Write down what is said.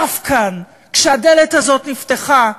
צפה כאן, כשהדלת הזאת נפתחה,